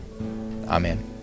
Amen